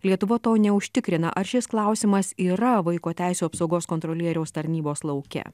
lietuva to neužtikrina ar šis klausimas yra vaiko teisių apsaugos kontrolieriaus tarnybos lauke